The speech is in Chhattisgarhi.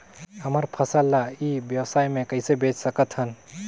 हमर फसल ल ई व्यवसाय मे कइसे बेच सकत हन?